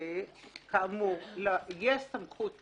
שכאמור, יש סמכות לקבוע,